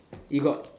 you got